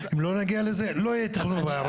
אם לא נגיע לזה לא יהיה תכנון במגזר הערבי.